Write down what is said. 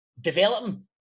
developing